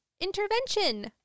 intervention